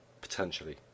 Potentially